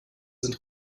sind